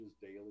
daily